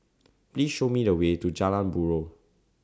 Please Show Me The Way to Jalan Buroh